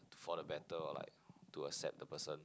for the better or like to accept the person